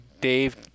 Dave